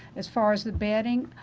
as far as the bedding,